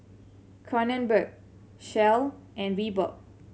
Kronenbourg Shell and Reebok